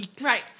Right